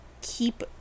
Keep